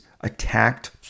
attacked